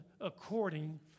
according